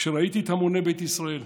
כשראיתי את המוני בית ישראל,